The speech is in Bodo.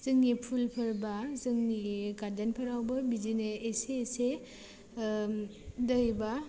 जोंनि फुलफोरबा जोंनि गार्डेन फोरावबो बिदिनो एसे एसे दै बा